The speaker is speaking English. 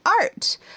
art